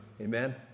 Amen